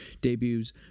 debuts